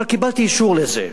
אבל קיבלתי אישור לזה: